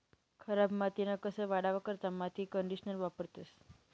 खराब मातीना कस वाढावा करता माती कंडीशनर वापरतंस